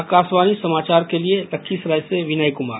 आकाशवाणी समाचार के लिए लखीसराय से विनय कुमार